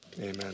Amen